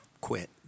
quit